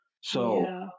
So-